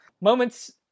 Moments